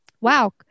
Wow